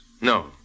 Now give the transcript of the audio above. No